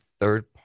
third